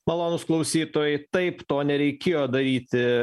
malonūs klausytojai taip to nereikėjo daryti